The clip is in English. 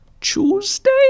Tuesday